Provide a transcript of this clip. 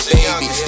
baby